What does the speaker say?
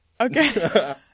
Okay